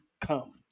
come